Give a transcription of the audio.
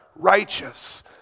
righteous